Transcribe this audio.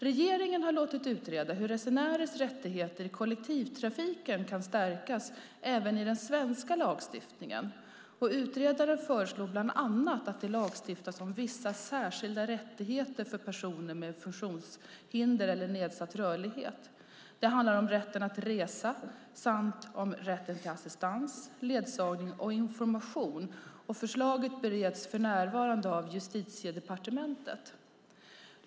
Regeringen har låtit utreda hur resenärers rättigheter i kollektivtrafiken kan stärkas även i den svenska lagstiftningen. Utredaren föreslår bland annat att det lagstiftas om vissa särskilda rättigheter för personer med funktionshinder eller nedsatt rörlighet. Det handlar om rätten att resa samt om rätt till assistans, ledsagning och information. Förslaget bereds för närvarande av Justitiedepartementet.